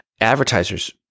advertisers